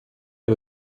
der